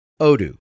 Odoo